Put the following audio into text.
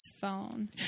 phone